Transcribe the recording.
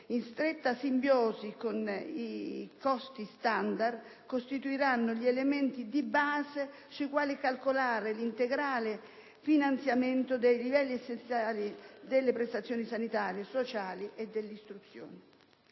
in stretta simbiosi con i costi standard, costituiranno gli elementi di base sui quali calcolare l'integrale finanziamento dei livelli essenziali delle prestazioni sanitarie, sociali e dell'istruzione.